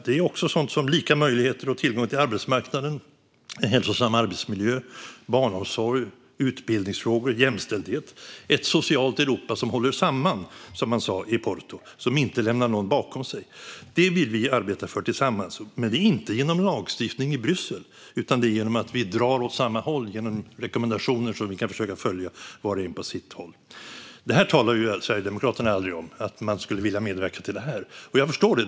Det är också sådant som lika möjligheter och tillgång till arbetsmarknaden, en hälsosam arbetsmiljö, barnomsorg, utbildning, jämställdhet - ett socialt Europa som håller samman, som man sa i Porto, och som inte lämnar någon bakom sig. Det vill vi arbeta för tillsammans, men inte genom lagstiftning i Bryssel utan genom att vi drar åt samma håll genom rekommendationer som vi kan försöka följa, var och en på sitt håll. Sverigedemokraterna talar aldrig om att de skulle vilja medverka till detta. Jag förstår det.